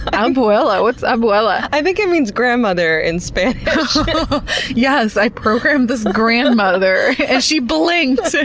um abuela? what's abuela? i think it means grandmother in spanish. but yes. i programmed this grandmother and she blinked! so